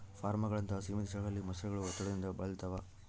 ಫಾರ್ಮ್ಗಳಂತಹ ಸೀಮಿತ ಸ್ಥಳಗಳಲ್ಲಿ ಮೊಸಳೆಗಳು ಒತ್ತಡದಿಂದ ಬಳಲ್ತವ